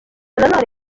nanone